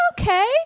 okay